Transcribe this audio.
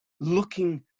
Looking